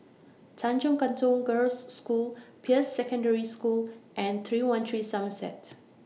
Tanjong Katong Girls' School Peirce Secondary School and three one three Somerset